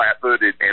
flat-footed